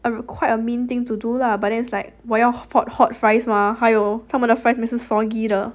err quite a mean thing to do lah but then like 我要 hot hot fries mah 还有他们的 fries 是 soggy 的